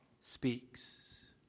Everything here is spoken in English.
speaks